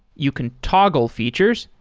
you can toggle features.